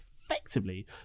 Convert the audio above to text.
effectively